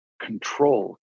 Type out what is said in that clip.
control